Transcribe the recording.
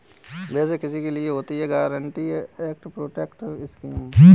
वैसे किसके लिए होता है गारंटीड एसेट प्रोटेक्शन स्कीम?